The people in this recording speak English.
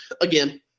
again